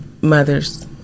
mother's